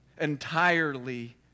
entirely